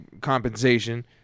Compensation